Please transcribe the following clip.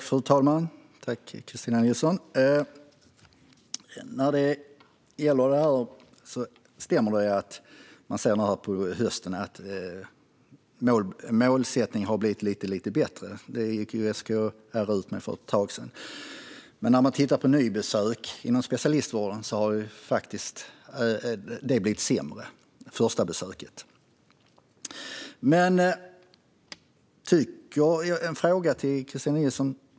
Fru talman! Det stämmer att måluppfyllelsen under hösten har blivit lite bättre. Detta gick SKR ut med för ett tag sedan. Men när det gäller nybesök inom specialistvården har det blivit sämre. Jag har en fråga till Kristina Nilsson.